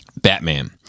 batman